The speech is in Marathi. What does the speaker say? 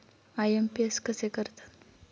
आय.एम.पी.एस कसे करतात?